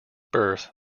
birth